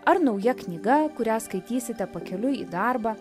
ar nauja knyga kurią skaitysite pakeliui į darbą